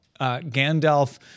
Gandalf